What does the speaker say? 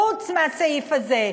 חוץ מהסעיף הזה,